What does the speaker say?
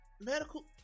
medical